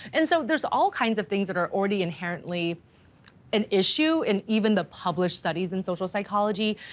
and so there's all kinds of things that are already inherently an issue, and even the published studies and social psychology.